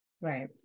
right